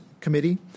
Committee